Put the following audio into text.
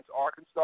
Arkansas